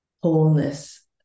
wholeness